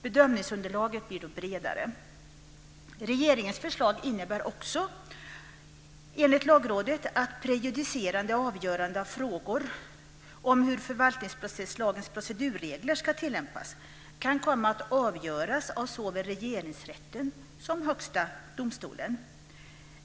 Bedömningsunderlaget blir då bredare. Regeringens förslag innebär också enligt Lagrådet att prejudicerande avgöranden av frågor om hur förvaltningsprocesslagens procedurregler ska tillämpas kan komma att avgöras av såväl Regeringsrätten som Högsta domstolen.